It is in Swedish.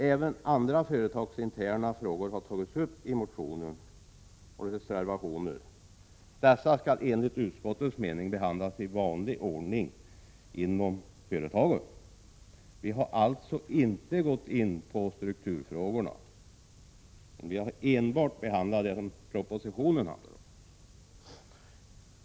Även andra företagsinterna frågor har tagits upp i motioner och reservationer, men dessa skall enligt utskottets mening behandlas i vanlig ordning inom företagen, Utskottet har alltså inte gått in på strukturfrågorna, utan har enbart behandlat det som tas upp i propositionen.